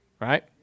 Right